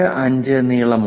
75 നീളമുണ്ട്